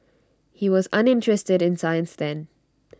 he was uninterested in science then